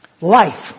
Life